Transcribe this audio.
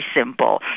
simple